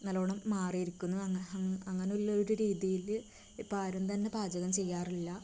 നല്ലോണം മാറിയിരിക്കുന്നതാണ് അങ്ങനെയുള്ള ഒര് രീതിയില് ഇപ്പോൾ ആരും തന്നെ പാചകം ചെയ്യാറില്ല